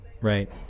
right